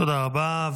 תודה רבה.